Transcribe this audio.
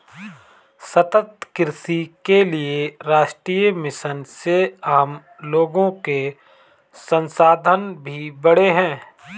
सतत कृषि के लिए राष्ट्रीय मिशन से आम लोगो के संसाधन भी बढ़े है